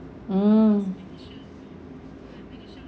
hmm